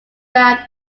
found